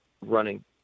running